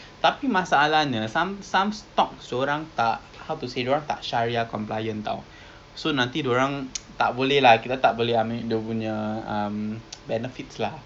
I see I see I see actually now that you say it lah that time I went for this uh website so they have this website online that they help with screen the stocks if the stocks are you get syariah pampasan or not